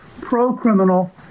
pro-criminal